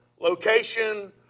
location